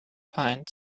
find